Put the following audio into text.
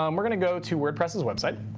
um we're going to go to wordpress's website.